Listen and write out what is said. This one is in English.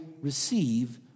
receive